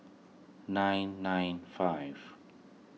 nine nine five